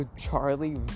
Charlie